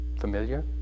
familiar